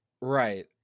Right